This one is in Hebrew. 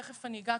תכף אגע,